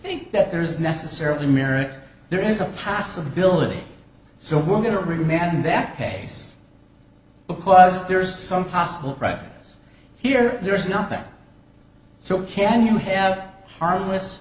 think that there is necessarily merit there is a possibility so we're going to remand that case because there's some possible here there's nothing so how can you have harmless